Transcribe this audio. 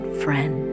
friend